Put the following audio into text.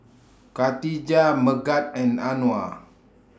Katijah Megat and Anuar